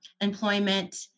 employment